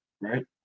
right